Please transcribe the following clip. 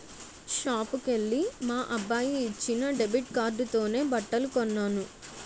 షాపుకెల్లి మా అబ్బాయి ఇచ్చిన డెబిట్ కార్డుతోనే బట్టలు కొన్నాను